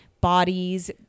bodies